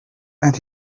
and